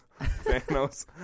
Thanos